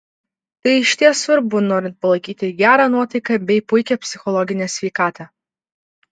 tai išties svarbu norint palaikyti gerą nuotaiką bei puikią psichologinę sveikatą